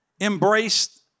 embraced